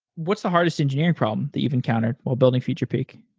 what's the hardest engineering problem that you've encountered while building featurepeek?